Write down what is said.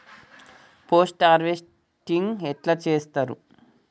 Post harvesting ఎట్ల చేత్తరు?